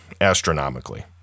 astronomically